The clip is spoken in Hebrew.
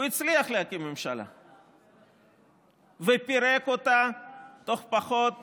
הוא הצליח להקים ממשלה ופירק אותה תוך פחות משנה,